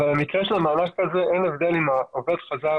אבל במקרה של המענק הזה אין הבדל אם העובד חזר